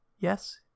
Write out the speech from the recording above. Yes